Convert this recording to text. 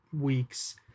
weeks